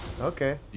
Okay